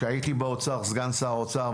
כי הייתי סגן שר האוצר,